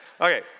Okay